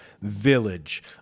village